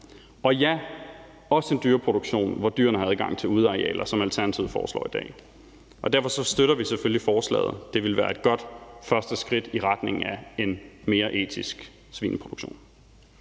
også være en dyreproduktion, hvor dyrene har adgang til udearealer, som Alternativet foreslår i dag. Derfor støtter vi selvfølgelig forslaget. Det ville være et godt første skridt i retning af en mere etisk svineproduktion.